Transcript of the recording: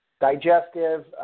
digestive